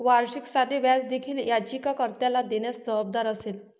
वार्षिक साधे व्याज देखील याचिका कर्त्याला देण्यास जबाबदार असेल